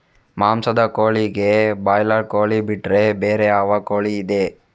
ಮಾಂಸದ ಕೋಳಿಗೆ ಬ್ರಾಲರ್ ಕೋಳಿ ಬಿಟ್ರೆ ಬೇರೆ ಯಾವ ಕೋಳಿಯಿದೆ?